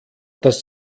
das